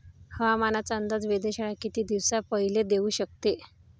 हवामानाचा अंदाज वेधशाळा किती दिवसा पयले देऊ शकते?